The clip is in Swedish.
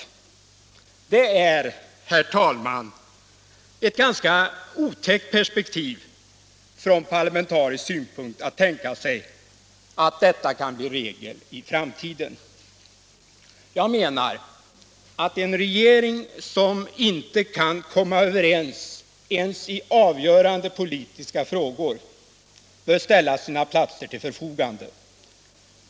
Det är, herr talman, från parlamentarisk synpunkt ett otäckt perspektiv att tänka sig att detta kan bli regel i framtiden. Jag menar att en regering som inte kan komma överens ens i avgörande politiska frågor bör ställa sina platser till förfogande.